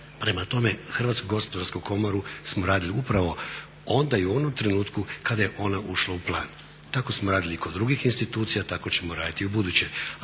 Prema tome, Hrvatsku gospodarsku komoru smo radili upravo onda i u onom trenutku kada je ona ušla u plan. Tako smo radili i kod drugih institucija, tako ćemo raditi i u buduće,